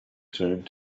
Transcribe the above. turned